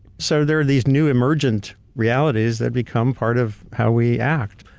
so, there are these new emergent realities that become part of how we act.